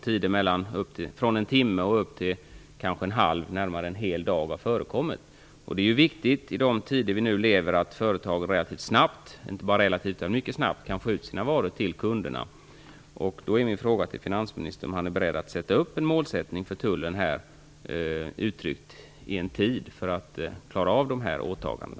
Tider från en timme upp till nästan en hel dag har förekommit. Det är viktigt, i de tider vi nu lever i, att företag relativt snabbt - ja, inte bara relativt utan mycket snabbt - kan få ut sina varor till kunderna. Min fråga till finansministern är då om han är beredd att sätta upp ett mål för tullen uttryckt i en tid för att klara av dessa åtaganden.